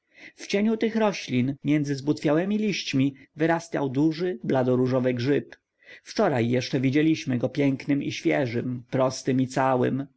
w cieniu tych roślin między zbutwiałemi liśćmi wyrastał duży bladoróżowy grzyb wczoraj jeszcze widzieliśmy go pięknym i świeżym prostym i całym